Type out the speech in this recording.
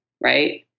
right